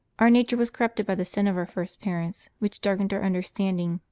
our nature was corrupted by the sin of our first parents, which darkened our understanding,